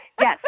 Yes